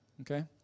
okay